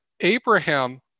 Abraham